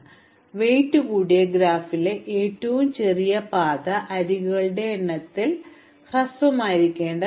അതിനാൽ ഭാരം കൂടിയ ഗ്രാഫിലെ ഏറ്റവും ചെറിയ പാത അരികുകളുടെ എണ്ണത്തിൽ ഹ്രസ്വമായിരിക്കേണ്ടതില്ല ഞങ്ങൾ സംസാരിക്കുന്നത് അരികുകളിലുള്ള ചെലവിന്റെ ആകെത്തുകയെയാണ്